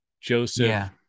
Joseph